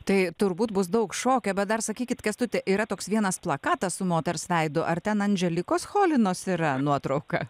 tai turbūt bus daug šokio bet dar sakykit kęstuti yra toks vienas plakatas su moters veidu ar ten andželikos cholinos yra nuotrauka